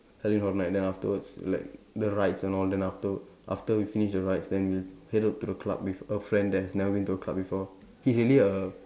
at least from like there afterwards like the rides and all then after after we finish the rides then we'll head on to the club with a friend that has never been to a club before he's really a